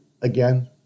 again